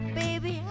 baby